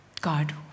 God